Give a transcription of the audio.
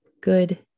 Good